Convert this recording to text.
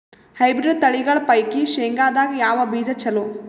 Hybrid ತಳಿಗಳ ಪೈಕಿ ಶೇಂಗದಾಗ ಯಾವ ಬೀಜ ಚಲೋ?